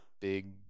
big